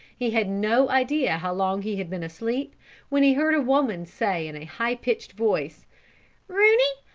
he had no idea how long he had been asleep when he heard a woman say, in a high-pitched voice rooney,